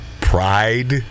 Pride